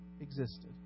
existed